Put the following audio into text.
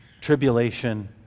tribulation